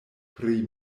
pri